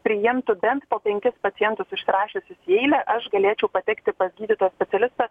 priimtų bent po penkis pacientus užsirašiusius į eilę aš galėčiau patekti pas gydytoją specialistą